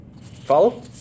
follow